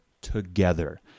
together